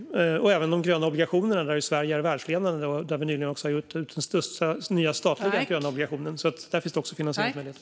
Vi har även de gröna obligationerna, där Sverige är världsledande och nyligen har gjort den största statliga gröna obligationen. Där finns det också finansiella möjligheter.